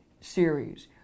series